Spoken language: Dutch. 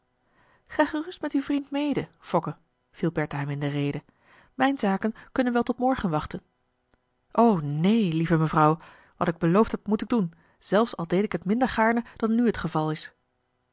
gerust met uw vriend mede fokke viel bertha hem in de rede mijn zaken kunnen wel tot morgen wachten o neen lieve mevrouw wat ik beloofd heb moet ik doen zelfs al deed ik het minder gaarne dan nu het geval is